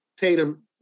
Tatum